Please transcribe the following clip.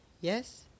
yes